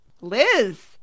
Liz